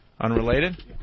Unrelated